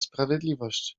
sprawiedliwość